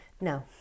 No